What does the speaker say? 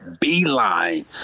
beeline